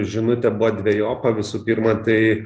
žinutė buvo dvejopa visų pirma tai